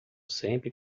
sempre